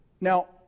Now